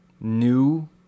new